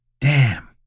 Damn